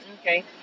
Okay